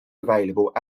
available